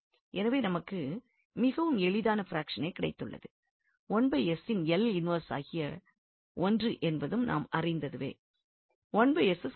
எனவே நமக்கு மிகவும் எளிதான ப்ராக்ஷனே கிடைத்துள்ளது இன் இன்வெர்ஸாகிய 1 என்பதும் நாம் அறிந்ததுவே ஆகும்